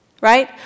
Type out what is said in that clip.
right